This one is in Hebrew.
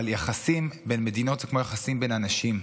אבל יחסים בין מדינות הם כמו יחסים בין אנשים,